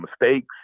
mistakes